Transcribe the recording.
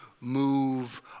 move